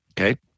Okay